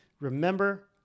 Remember